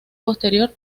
posterior